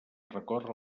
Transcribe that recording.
recorre